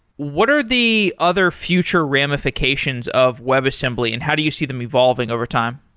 what are the other future ramifications of webassembly and how do you see them evolving overtime?